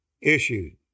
issued